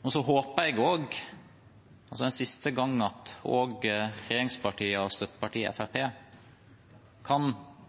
Jeg håper også, en siste gang, at regjeringspartiene og støttepartiet